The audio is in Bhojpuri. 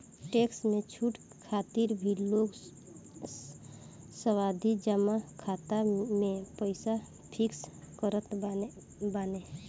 टेक्स में छूट खातिर भी लोग सावधि जमा खाता में पईसा फिक्स करत बाने